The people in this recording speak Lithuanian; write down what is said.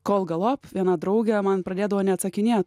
kol galop viena draugė man pradėdavo neatsakinėti